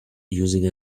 using